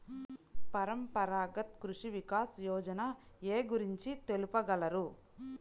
పరంపరాగత్ కృషి వికాస్ యోజన ఏ గురించి తెలుపగలరు?